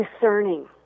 discerning